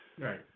Right